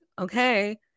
Okay